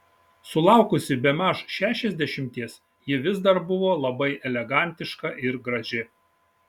sulaukusi bemaž šešiasdešimties ji vis dar buvo labai elegantiška ir graži